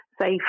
safe